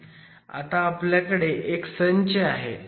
आता आपल्या कडे एक संच आहे